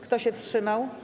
Kto się wstrzymał?